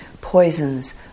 poisons